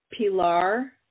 Pilar